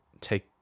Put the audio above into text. take